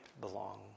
belong